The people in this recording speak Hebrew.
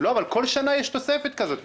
בכל שנה יש תוספת כזאת.